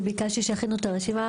אני ביקשתי שיכינו את הרשימה,